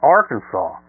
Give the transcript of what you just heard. Arkansas